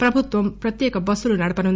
ప్రభుత్వం ప్రత్యేక బస్సులు నడపనుంది